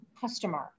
customer